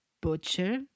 butcher